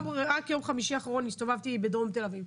רק ביום חמישי האחרון הסתובבתי בדרום תל אביב.